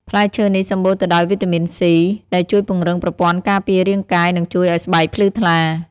ផ្លែឈើនេះសំបូរទៅដោយវីតាមីន C ដែលជួយពង្រឹងប្រព័ន្ធការពាររាងកាយ និងជួយឱ្យស្បែកភ្លឺថ្លា។